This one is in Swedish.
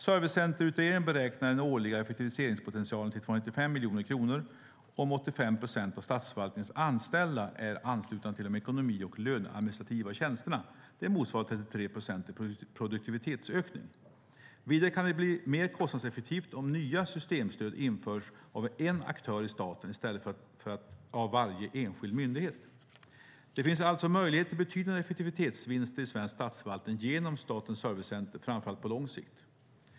Servicecenterutredningen beräknade den årliga effektiviseringspotentialen till 295 miljoner kronor om 85 procent av statsförvaltningens anställda är anslutna till de ekonomi och löneadministrativa tjänsterna. Det motsvarar 33 procent i produktivitetsökning. Vidare kan det bli mer kostnadseffektivt om nya systemstöd införs av en aktör i staten i stället för av varje enskild myndighet. Det finns alltså möjligheter till betydande effektivitetsvinster i svensk statsförvaltning genom Statens servicecenter, framför allt på lång sikt.